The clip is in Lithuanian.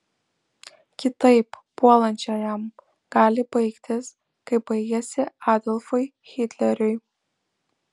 kitaip puolančiajam gali baigtis kaip baigėsi adolfui hitleriui